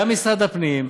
גם משרד הפנים,